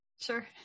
Sure